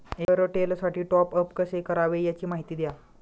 एअरटेलसाठी टॉपअप कसे करावे? याची माहिती द्या